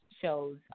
shows